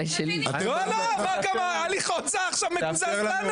לא, מה, הליך ההוצאה מקוזז לנו?